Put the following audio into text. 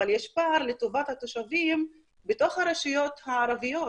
אבל יש פער לטובת התושבים בתוך הרשויות הערביות,